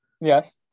Yes